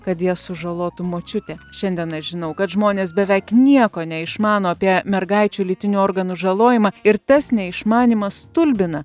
kad jas sužalotų močiutė šiandien aš žinau kad žmonės beveik nieko neišmano apie mergaičių lytinių organų žalojimą ir tas neišmanymas stulbina